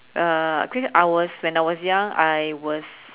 uh cause I was when I was young I was